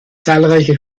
zahlreiche